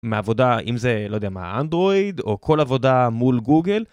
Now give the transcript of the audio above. מעבודה אם זה לא יודע מה אנדרואיד או כל עבודה מול גוגל